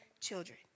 children